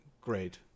great